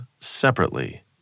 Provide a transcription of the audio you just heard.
separately